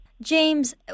James